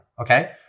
okay